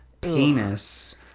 penis